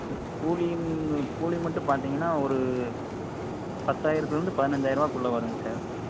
கூலியும் கூலி மட்டும் பார்த்தீங்கன்னா ஒரு பத்தாயிரத்துலேருந்து பதினஞ்சாயிரூபாக்குள்ள வருங்க சார்